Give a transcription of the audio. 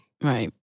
right